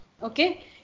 okay